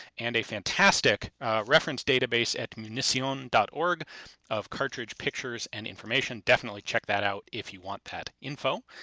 and a fantastic reference database at municion dot org of cartridge pictures and information. definitely check that out if you want that info.